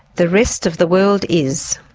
the rest of the world is.